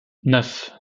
neuf